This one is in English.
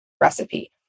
recipe